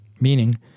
Meaning